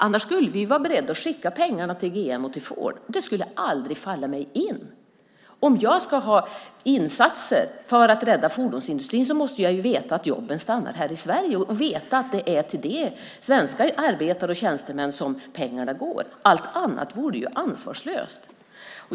Annars skulle vi ju vara beredda att skicka pengarna till GM och Ford, och det skulle aldrig falla mig in! Om jag ska ha insatser för att rädda fordonsindustrin måste jag veta att jobben stannar här i Sverige och att det är till svenska arbetare och tjänstemän som pengarna går. Allt annat vore ansvarslöst.